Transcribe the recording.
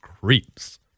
creeps